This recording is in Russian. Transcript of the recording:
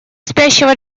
спящего